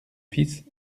fils